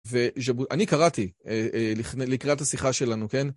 ואני קראתי.. לקראת השיחה שלנו, כן?